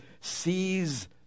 sees